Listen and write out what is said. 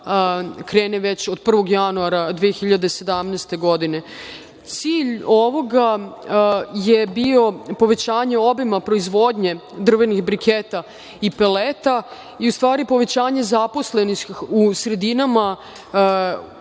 krene već od 1. januara 2017. godine. Cilj ovoga je bio povećanje obima proizvodnje drvenih briketa i peleta i u stvari povećanje zaposlenih u sredinama koje